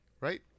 Right